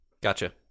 Gotcha